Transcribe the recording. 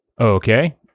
Okay